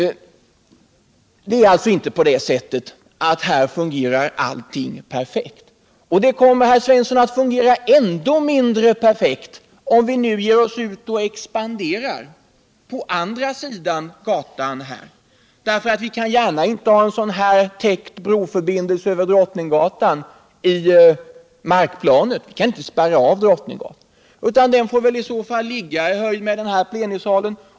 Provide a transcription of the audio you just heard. Det är alltså inte på det sättet att här fungerar allting perfekt, och det kommer, herr Svensson, att fungera ännu mindre perfekt om vi ger oss ut och expanderar på andra sidan gatan. Vi kan ju inte gärna ha en täckt broförbindelse över Drottninggatan i markplanet. Vi kan inte spärra av Drottninggatan, utan om det blir en bro så får den i så fall ligga i höjd med den här plenisalen.